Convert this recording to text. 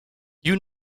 you